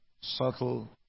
Subtle